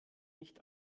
nicht